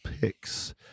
picks